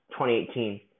2018